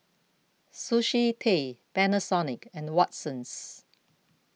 Sushi Tei Panasonic and Watsons